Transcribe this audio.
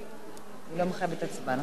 זה לא מחייב לתת זמן, נכון?